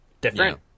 different